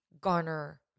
garner